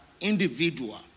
individual